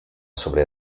sobre